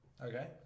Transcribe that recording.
Okay